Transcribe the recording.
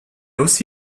aussi